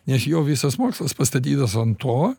nes jo visas mokslas pastatytas an to